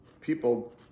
people